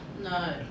No